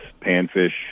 panfish